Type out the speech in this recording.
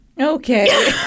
Okay